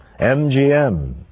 MGM